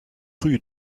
rue